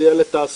זה יהיה לתעסוקה,